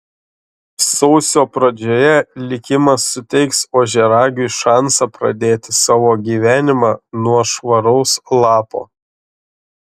sausio pradžioje likimas suteiks ožiaragiui šansą pradėti savo gyvenimą nuo švaraus lapo